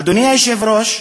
אדוני היושב-ראש,